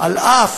אף